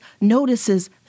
notices